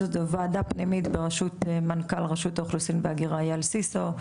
זו ועדה פנימית בראשות מנכ"ל רשות האוכלוסין וההגירה איל סיסו.